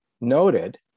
noted